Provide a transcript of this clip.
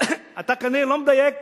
אתה כנראה לא מדייק